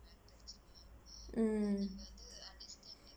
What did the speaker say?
mm